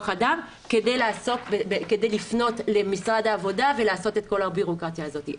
אדם כדי לפנות למשרד העבודה ולעשות את כל הבירוקרטיה הזאת.